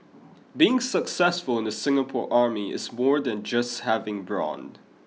being successful in the Singapore Army is more than just having brawn